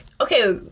Okay